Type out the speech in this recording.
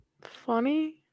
Funny